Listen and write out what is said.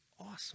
awesome